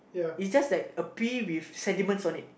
it's just like a pee with sediments on it